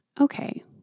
Okay